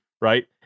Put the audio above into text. Right